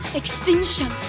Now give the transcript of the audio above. extinction